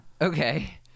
Okay